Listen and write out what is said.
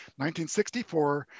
1964